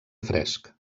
fresc